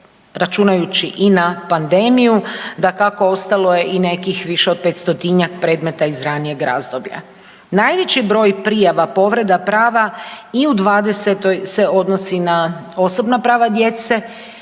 računajući i na pandemiju, dakako, ostalo je i nekih više od 500-njak predmeta iz ranijeg razdoblja. Najveći broj prijava povreda prava i u '20. se odnosi na osobna prava djece